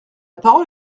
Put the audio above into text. parole